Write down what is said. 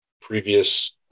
Previous